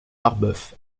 marbeuf